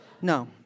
No